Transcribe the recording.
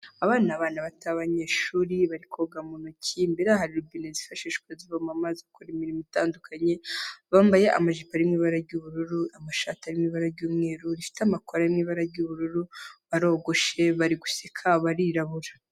Abana bato b'abanyeshuri bari koga mu ntoki imbere hari robine zifashishwa zivamo amaza yo gukora imirimo itandukanye, bambaye amajipo ari mu ibara ry'ubururu amashati ari mu ibara ry'umweru rifite amakora ari mu ibara ry'ubururu, barogoshe, bari guseka, barirabura.